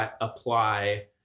apply